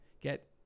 get